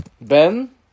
Ben